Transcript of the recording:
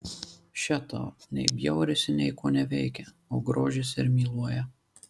še tau nei bjaurisi nei koneveikia o grožisi ir myluoja